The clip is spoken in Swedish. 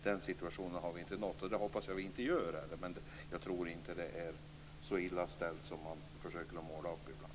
Den situationen har vi inte nått och hoppas att vi inte gör det heller. Jag tror inte att det är så illa ställt som man ibland försöker måla situationen.